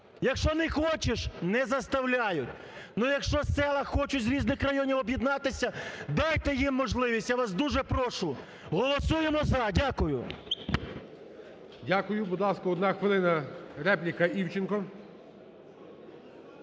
якщо не хочеш - не заставляють, ну, якщо села хочуть з різних районів об'єднатися, дайте їм можливість, я вас дуже прошу. Голосуємо за. Дякую. ГОЛОВУЮЧИЙ. Дякую. Будь ласка, одна хвилина, репліка Івченко.